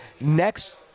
next